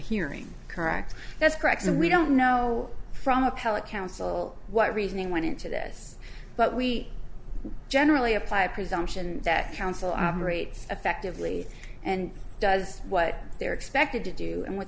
hearing correct that's correct and we don't know from appellate counsel what reasoning went into this but we generally apply a presumption that counsel operates effectively and does what they're expected to do and what